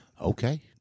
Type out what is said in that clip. okay